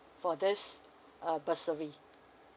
for this uh bursary